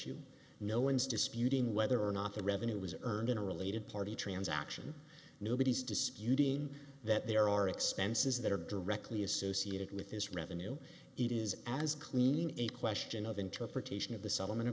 issue no one's disputing whether or not the revenue was earned in a related party transactions nobody's disputing that there are expenses that are directly associated with this revenue it is as clean a question of interpretation of the settlement